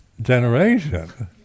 generation